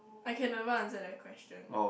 I can never answer that question